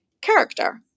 character